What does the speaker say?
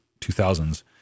2000s